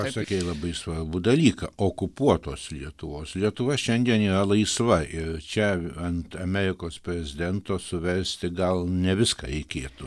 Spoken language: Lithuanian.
pasakei labai svarbų dalyką okupuotos lietuvos lietuva šiandien yra laisva ir čia ant amerikos prezidento suversti gal ne viską reikėtų